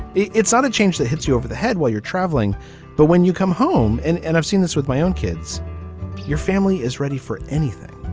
it's not a change that hits you over the head while you're travelling but when you come home and and i've seen this with my own kids your family is ready for anything.